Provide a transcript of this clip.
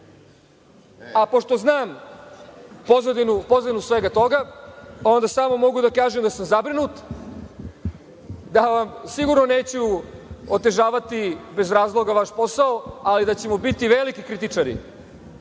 znam pozadinu svega toga, onda samo mogu da kažem da sam zabrinut, da vam sigurno neću otežavati bez razloga vaš posao, ali da ćemo biti veliki kritičari